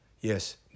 Yes